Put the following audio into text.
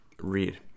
Read